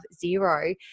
Zero